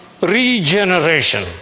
regeneration